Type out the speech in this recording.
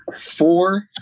four